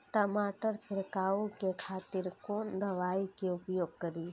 टमाटर छीरकाउ के खातिर कोन दवाई के उपयोग करी?